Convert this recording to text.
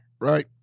right